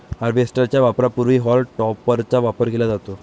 harvester च्या वापरापूर्वी हॉल टॉपरचा वापर केला जातो